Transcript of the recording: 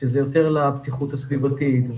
שזה יותר לבטיחות הסביבתית,